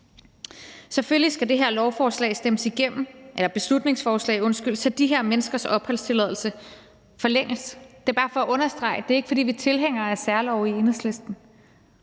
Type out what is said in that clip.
Selvfølgelig skal det her beslutningsforslag stemmes igennem, så de her menneskers opholdstilladelse forlænges. Det er bare for at understrege, at